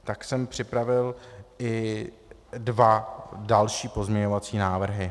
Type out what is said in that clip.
Tak jsem připravil i dva další pozměňovací návrhy.